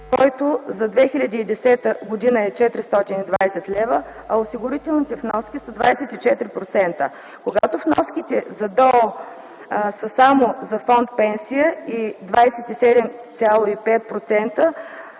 който за 2010 г. е 420 лв., а осигурителните вноски са 24%, когато вноските за ДОО са само за фонд „Пенсия”, и 27,5%,